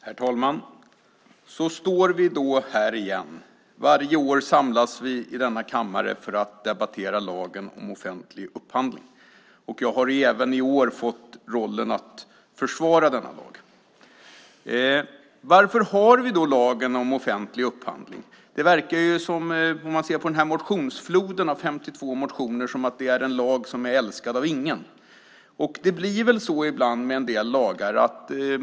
Herr talman! Så står vi då här igen. Varje år samlas vi i denna kammare för att debattera lagen om offentlig upphandling, och jag har även i år fått rollen att försvara denna lag. Varför har vi lagen om offentlig upphandling? Om man ser på motionsfloden med 52 motioner verkar det som att det är en lag som är älskad av ingen. Det blir väl så ibland med en del lagar.